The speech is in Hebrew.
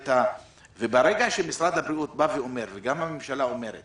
ברגע שמשרד הבריאות והממשלה אומרים